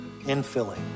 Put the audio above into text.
infilling